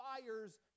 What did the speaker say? fires